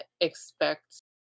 expect